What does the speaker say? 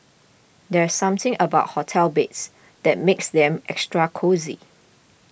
there's something about hotel beds that makes them extra cosy